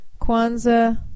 Kwanzaa